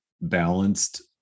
balanced